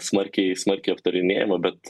smarkiai smarkiai aptarinėjama bet